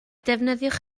defnyddiwch